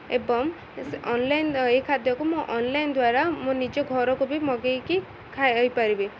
ଏବଂ ଅନଲାଇନ୍ ଏହି ଖାଦ୍ୟକୁ ମୁଁ ଅନଲାଇନ୍ ଦ୍ୱାରା ମୁଁ ନିଜ ଘରକୁ ବି ମଗେଇକି ଖାଇପାରିବେ